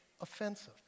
offensive